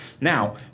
now